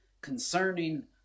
concerning